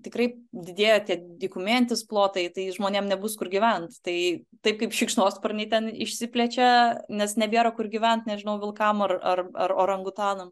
tikrai didėjo tie dykumėjantys plotai tai žmonėm nebus kur gyvent tai taip kaip šikšnosparniai ten išsiplečia nes nebėra kur gyvent nežinau vilkam ar ar ar orangutanam